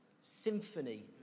symphony